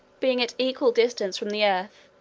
being at equal distance from the earth,